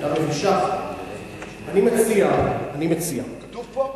כתוב פה.